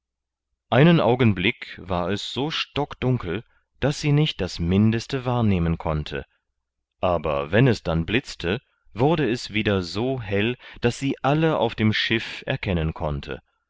einen augenblick war es so stockdunkel daß sie nicht das mindeste wahrnehmen konnte aber wenn es dann blitzte wurde es wieder so hell daß sie alle auf dem schiff erkennen konnte